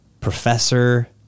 Professor